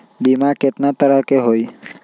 बीमा केतना तरह के होइ?